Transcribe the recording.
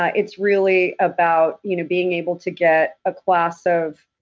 ah it's really about you know being able to get a class of,